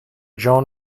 joan